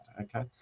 Okay